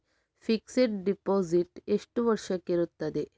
Fixed deposit ಎಷ್ಟು ವರ್ಷಕ್ಕೆ ಇರುತ್ತದೆ?